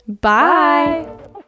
bye